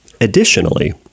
Additionally